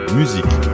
musique